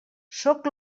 sóc